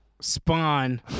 Spawn